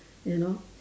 you know